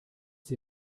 sie